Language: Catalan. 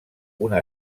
una